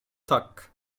tak